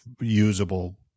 usable